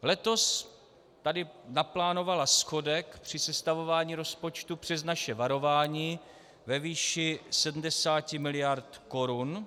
Letos tady naplánovala schodek při sestavování rozpočtu, přes naše varování, ve výši 70 mld. korun.